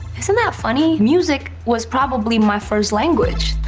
isn't that funny? music was probably my first language.